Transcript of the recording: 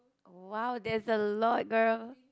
!wow! that's a lot girl